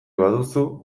baduzu